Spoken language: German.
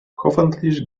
hoffentlich